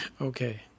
Okay